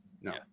No